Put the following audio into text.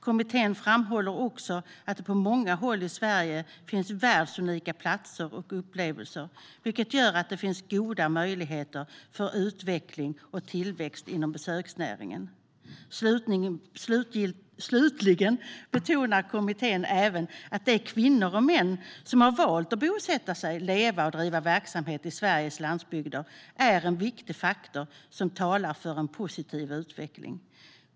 Kommittén framhåller också att det på många håll i Sverige finns världsunika platser och upplevelser, vilket gör att det finns goda möjligheter för utveckling och tillväxt inom besöksnäringen. Slutligen betonar kommittén även att de kvinnor och män som har valt att bosätta sig, leva och driva verksamhet i Sveriges landsbygder är en viktig faktor som talar för en positiv utveckling.